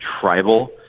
tribal